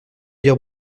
dire